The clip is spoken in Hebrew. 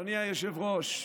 אדוני היושב-ראש,